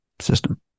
system